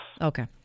Okay